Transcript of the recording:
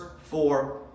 four